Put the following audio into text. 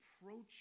approach